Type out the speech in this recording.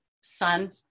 sun